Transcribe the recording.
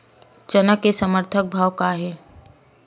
चना के समर्थन भाव का हे?